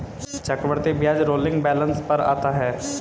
चक्रवृद्धि ब्याज rolling balance पर आता है